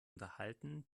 unterhalten